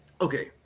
Okay